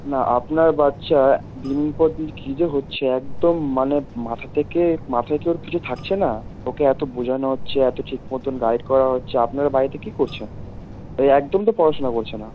না আপনার বাচ্চা দিনের পর দিন কী যে হচ্ছে একদম মানে মাথা থেকে মাথায় কি ওর কিছু থাকছে না ওকে এতো বোঝানো হচ্ছে এতো ঠিক মতন গাইড করা হচ্ছে আপনারা বাড়িতে কী করছেন ও একদম তো পড়াশোনা করছে না